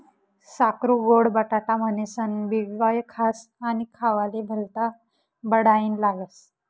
साकरु गोड बटाटा म्हनीनसनबी वयखास आणि खावाले भल्ता बडाईना लागस